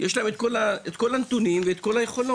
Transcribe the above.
יש להם את כל הנתונים ואת כל היכולות.